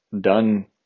done